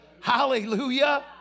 hallelujah